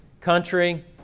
country